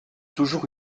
toujours